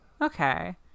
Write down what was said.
Okay